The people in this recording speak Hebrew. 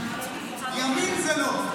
עוד --- ימין זה לא.